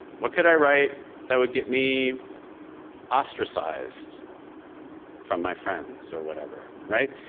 what could i write that would get me ostracized from my friends or whatever, right?